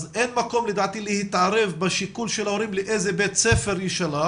אז אין מקום לדעתי להתערב בשיקול של ההורים לאיזה בית ספר יישלח,